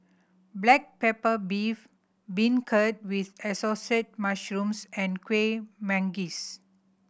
black pepper beef beancurd with Assorted Mushrooms and Kueh Manggis